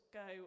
go